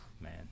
Man